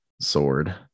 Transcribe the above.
sword